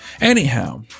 Anyhow